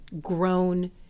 grown